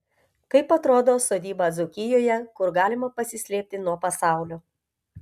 kaip atrodo sodyba dzūkijoje kur galima pasislėpti nuo pasaulio